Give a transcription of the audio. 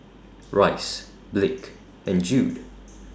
Rice Blake and Jude